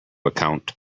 account